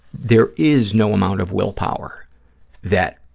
there is no amount of willpower that